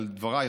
על דברייך,